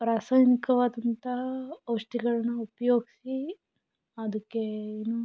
ರಾಸಾಯನಿಕವಾದಂತಹ ಔಷಧಿಗಳ್ನ ಉಪ್ಯೋಗಿಸಿ ಅದಕ್ಕೆ ಏನು